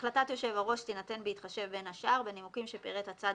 החלטת יושב הראש תינתן בהתחשב בין השאר בנימוקים שפירט הצד